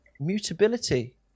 mutability